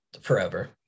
forever